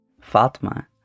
Fatma